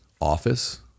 office